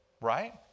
Right